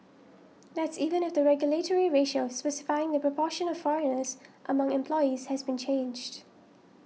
that's even if the regulatory ratio specifying the proportion of foreigners among employees has been changed